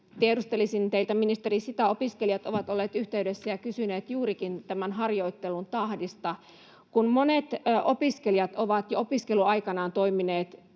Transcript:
Tiedustelisin teiltä, ministeri: Opiskelijat ovat olleet yhteydessä ja kysyneet juurikin tämän harjoittelun tahdista, kun monet opiskelijat ovat jo opiskeluaikanaan toimineet